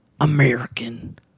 American